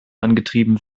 angetrieben